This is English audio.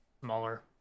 smaller